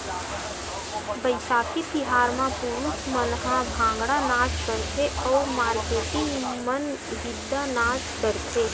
बइसाखी तिहार म पुरूस मन ह भांगड़ा नाच करथे अउ मारकेटिंग मन गिद्दा नाच करथे